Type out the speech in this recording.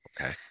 okay